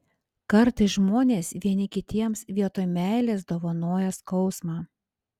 kartais žmonės vieni kitiems vietoj meilės dovanoja skausmą